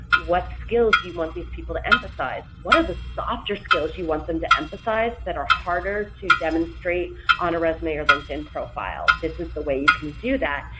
what skills do you want these people to emphasize? what are the softer skills you want them to emphasize that are harder to demonstrate on a resume or linkedin profile? this is the way you can do that,